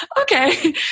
Okay